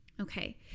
Okay